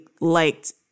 liked